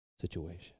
situation